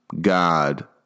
God